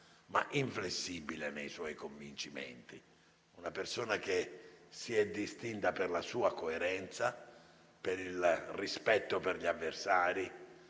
ma inflessibile nei suoi convincimenti. Una persona che si è distinta per la sua coerenza, per il rispetto degli avversari